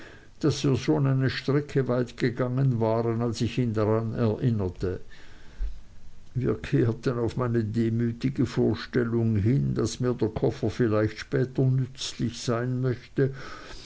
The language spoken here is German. daß wir schon eine strecke weit weg waren als ich ihn daran erinnerte wir kehrten auf meine demütige vorstellung hin daß mir der koffer vielleicht später nützlich sein möchte